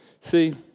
See